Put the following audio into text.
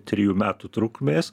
trijų metų trukmės